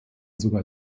sogar